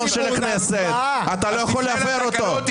אתה לא יכול להפר אותו.